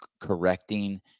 correcting